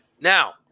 Now